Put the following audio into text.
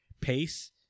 pace